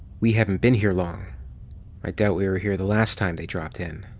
we haven't been here long i doubt we were here the last time they dropped in.